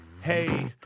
hey